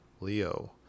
Leo